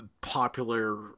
popular